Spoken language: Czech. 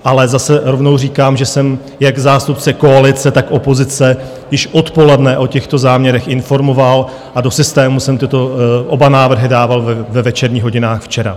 Ale zase rovnou říkám, že jsem jak zástupce koalice, tak opozice již odpoledne o těchto záměrech informoval a do systému jsem tyto oba návrhy dával ve večerních hodinách včera.